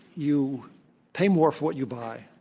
you pay more for what you buy,